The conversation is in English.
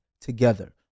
together